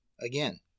Again